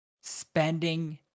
Spending